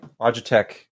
Logitech